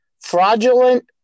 fraudulent